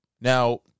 Now